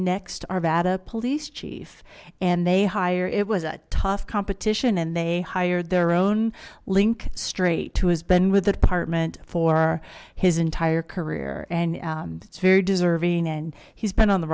next arvada police chief and they hire it was a tough competition and they hired their own link straight who has been with the department for his entire career and it's very deserving and he's been on the